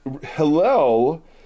Hillel